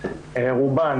רובן,